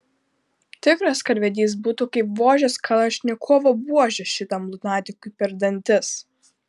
tikras karvedys būtų kaip vožęs kalašnikovo buože šitam lunatikui per dantis